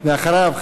ואחריו,